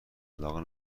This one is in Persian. علاقه